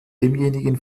demjenigen